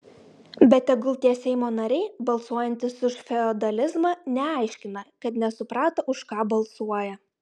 bet tegul tie seimo nariai balsuojantys už feodalizmą neaiškina kad nesuprato už ką balsuoja